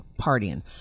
partying